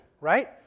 right